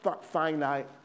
finite